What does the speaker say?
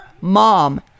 mom